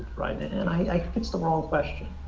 right? and and i think it's the wrong question.